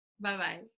Bye-bye